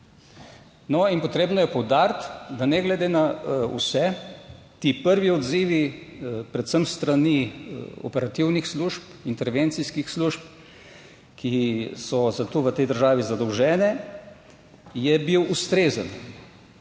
No in potrebno je poudariti, da ne glede na vse, ti prvi odzivi, predvsem s strani operativnih služb, intervencijskih služb, ki so za to v tej državi zadolžene, je bil ustrezen.